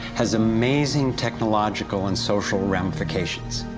has amazing technological and social ramifications.